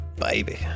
baby